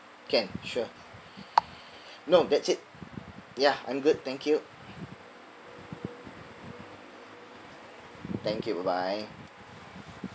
can sure no that's it ya I'm good thank you thank you bye bye